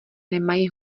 nemají